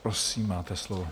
Prosím, máte slovo.